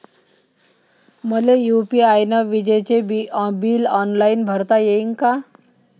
मले यू.पी.आय न विजेचे बिल ऑनलाईन भरता येईन का?